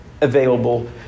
available